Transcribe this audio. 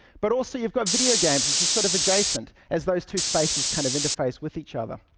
but also you've got video games, which is sort of adjacent, as those two spaces kind of interface with each other.